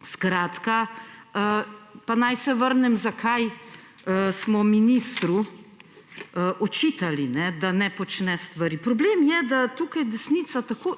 zablokirana. Naj se vrnem na to, zakaj smo ministru očitali, da ne počne stvari. Problem je, da tukaj desnica tako